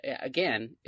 again